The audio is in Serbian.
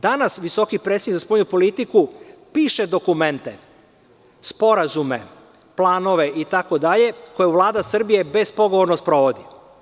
Danas visoki predstavnik za spoljnu politiku piše dokumente, sporazume, planove itd, koje Vlada Srbije bespogovorno sprovodi.